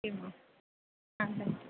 okay ma'am